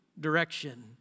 direction